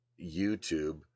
YouTube